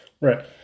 Right